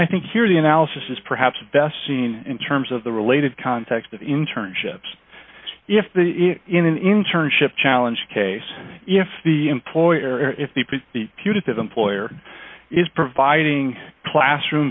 i think here the analysis is perhaps best seen in terms of the related context of internships if in an internship challenge case if the employer or if the putative employer is providing classroom